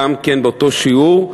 גם באותו שיעור.